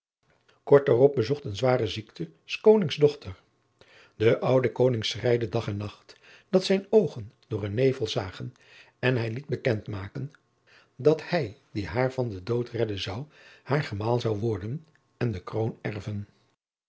kort daarop bezocht een zware ziekte s konings dochter de oude koning schreide dag en nacht dat zijn oogen door een nevel zagen en hij liet bekend maken dat hij die haar van den dood redden zou haar gemaal zou worden en de kroon erven